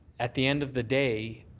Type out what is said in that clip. at the end of the day,